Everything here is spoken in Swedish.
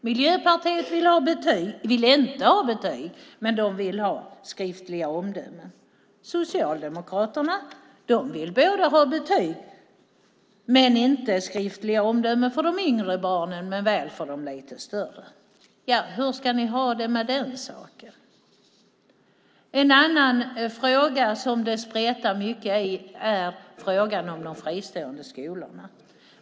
Miljöpartiet vill inte ha betyg men skriftliga omdömen. Socialdemokraterna vill ha betyg men inte skriftliga omdömen för de yngre barnen men väl för de äldre. Hur ska ni ha det med den saken? En annan fråga där det spretar mycket är frågan om de fristående skolorna.